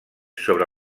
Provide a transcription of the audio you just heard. sobre